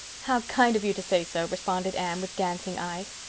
how kind of you to say so, responded anne, with dancing eyes.